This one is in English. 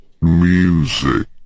Music